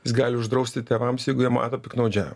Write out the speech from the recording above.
jis gali uždrausti tėvams jeigu jie mato piktnaudžiavimą